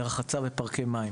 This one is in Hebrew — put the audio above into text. לרחצה בפארקי מים.